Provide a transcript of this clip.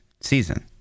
season